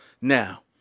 Now